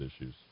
issues